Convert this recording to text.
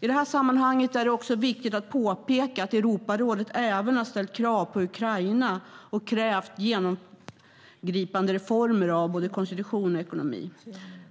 I det här sammanhanget är det också viktigt att påpeka att Europarådet även har ställt krav på Ukraina och krävt genomgripande reformer av både konstitution och ekonomi.